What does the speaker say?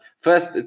first